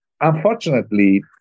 Unfortunately